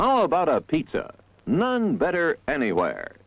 oh about a pizza none better anywhere